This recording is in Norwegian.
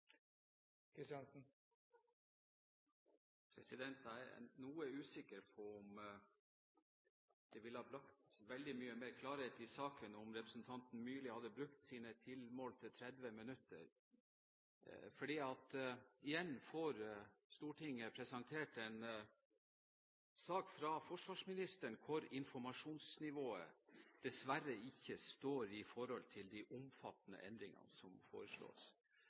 Myrli hadde brukt sine tilmålte 30 minutter. Stortinget får igjen presentert en sak fra forsvarsministeren hvor informasjonsnivået dessverre ikke står i forhold til de omfattende endringene som foreslås.